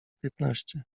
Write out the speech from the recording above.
piętnaście